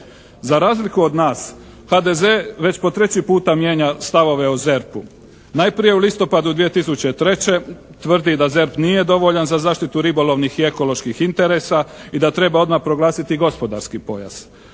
Za razliku od nas HDZ već po treći puta mijenja stavove o ZERP-u. Najprije u listopadu 2003. tvrdi da ZERP nije dovoljan za zaštitu ribolovnih i ekoloških interesa i da treba odmah proglasiti gospodarski pojas,